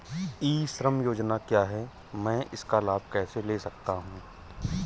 ई श्रम योजना क्या है मैं इसका लाभ कैसे ले सकता हूँ?